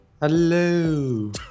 Hello